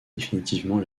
définitivement